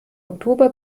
oktober